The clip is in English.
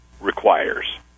requires